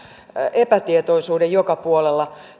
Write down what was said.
epätietoisuuden joka puolella